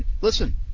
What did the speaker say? listen